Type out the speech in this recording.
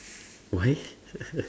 why